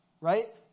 right